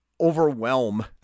overwhelm